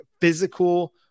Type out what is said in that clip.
physical